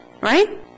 Right